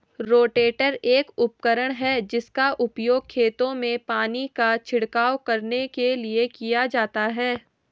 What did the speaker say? rotator एक उपकरण है जिसका उपयोग खेतों में पानी का छिड़काव करने के लिए किया जाता है